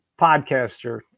podcaster